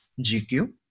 GQ